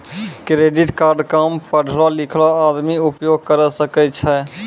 Credit card काम पढलो लिखलो आदमी उपयोग करे सकय छै?